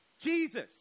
Jesus